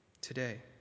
Today